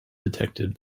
detected